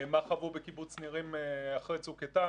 מה חוו בקיבוץ נירים אחרי צוק איתן,